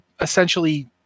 essentially